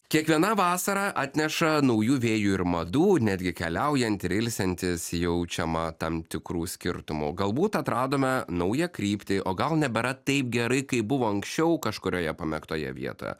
kiekviena vasara atneša naujų vėjų ir madų netgi keliaujant ir ilsintis jaučiama tam tikrų skirtumų galbūt atradome naują kryptį o gal nebėra taip gerai kaip buvo anksčiau kažkurioje pamėgtoje vietoje